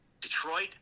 Detroit